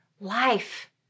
life